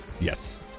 Yes